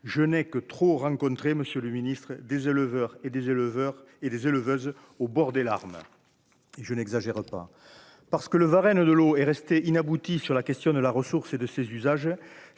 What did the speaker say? je n'ai que trop rencontrer Monsieur le Ministre, des éleveurs et des éleveurs et des éleveuse au bord des larmes et je n'exagère pas, parce que le Varenne, de l'eau est restée inaboutie sur la question de la ressource et de ses usages